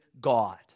God